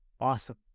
Awesome